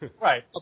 right